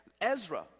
Ezra